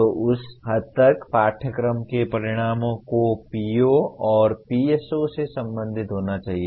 तो उस हद तक पाठ्यक्रम के परिणामों को पीओ और पीएसओ से संबंधित होना चाहिए